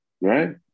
right